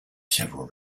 several